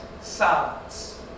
silence